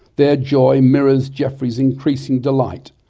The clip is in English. their joy mirrors geoffrey's increasing delight,